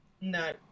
No